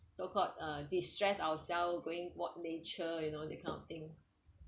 so called uh destress ourselves going walk nature you know that kind of thing